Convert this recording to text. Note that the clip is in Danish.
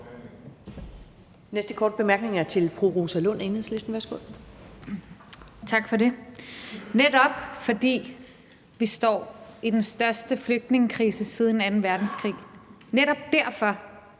næste korte bemærkning er til fru Rosa Lund, Enhedslisten. Værsgo. Kl. 17:41 Rosa Lund (EL): Tak for det. Vi står i den største flygtningekrise siden anden verdenskrig, og netop derfor,